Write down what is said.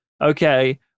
Okay